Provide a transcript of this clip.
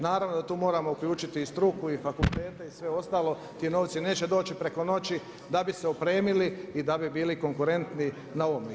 Naravno da tu moramo uključiti i struku i fakultete i sve ostalo, ti novci neće doći preko noći da bi se opremili i da bi bili konkurentni na ovome.